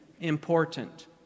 important